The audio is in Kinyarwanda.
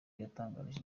yatangarije